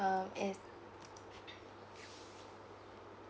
um is